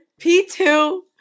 P2